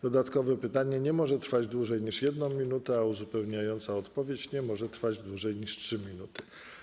Dodatkowe pytanie nie może trwać dłużej niż 1 minutę, a uzupełniająca odpowiedź nie może trwać dłużej niż 3 minuty.